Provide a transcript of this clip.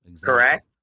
Correct